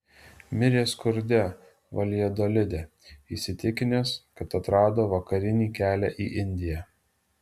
mirė skurde valjadolide įsitikinęs kad atrado vakarinį kelią į indiją